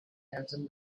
handsome